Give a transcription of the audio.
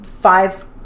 five